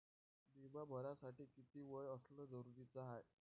बिमा भरासाठी किती वय असनं जरुरीच हाय?